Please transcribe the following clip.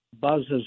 buzzes